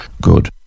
Good